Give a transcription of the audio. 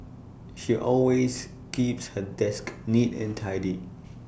she always keeps her desk neat and tidy